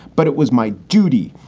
but it was my duty.